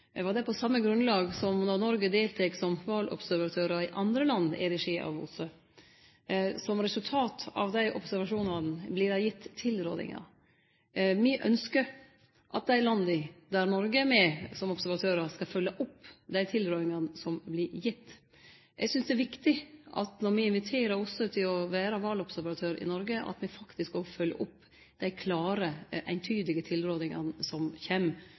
andre land i regi av OSSE. Som resultat av dei observasjonane vert det gitt tilrådingar. Me ynskjer at dei landa der Noreg er med som observatør, skal følgje opp dei tilrådingane som vert gitte. Eg synest det er viktig at me når me inviterer OSSE til å vere valobservatør i Noreg, faktisk òg følgjer opp dei klare, eintydige tilrådingane som kjem,